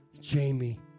Jamie